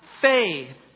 faith